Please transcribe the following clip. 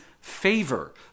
favor